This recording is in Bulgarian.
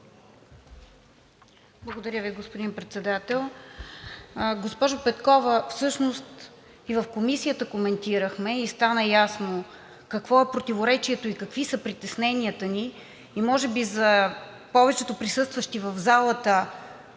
Благодаря Ви, господин Председател. Госпожо Петкова, всъщност и в Комисията коментирахме и стана ясно какво е противоречието и какви са притесненията ни. Може би за повечето присъстващи в залата